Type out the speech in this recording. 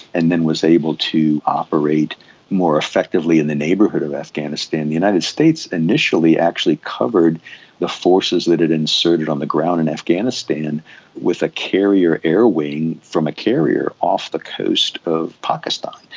and then was able to operate more effectively in the neighbourhood of afghanistan, the united states initially actually covered the forces that it inserted on the ground in afghanistan with a carrier air wing from a carrier off the coast of pakistan.